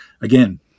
Again